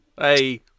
Hey